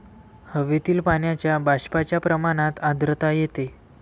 हवेतील पाण्याच्या बाष्पाच्या प्रमाणात आर्द्रता येते